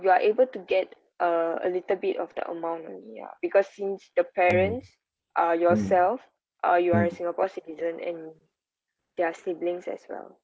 you are able to get uh a little bit of the amount only ah because since the parents uh yourself uh you're a singapore citizen and there're siblings as well